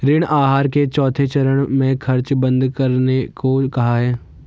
ऋण आहार के चौथे चरण में खर्च बंद करने को कहा है